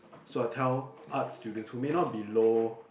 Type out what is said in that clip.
so I tell arts students who may not be low